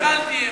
פולקמן.